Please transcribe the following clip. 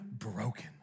broken